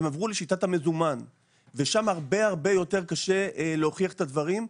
הם עברו לשיטת המזומן ושם הרבה הרבה יותר קשה להוכיח את הדברים.